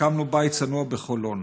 הקמנו בית צנוע בחולון.